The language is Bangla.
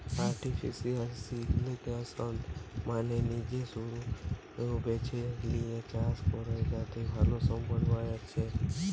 আর্টিফিশিয়াল সিলেকশন মানে নিজে পশু বেছে লিয়ে চাষ করা যাতে ভালো সম্পদ পায়া যাচ্ছে